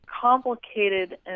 complicated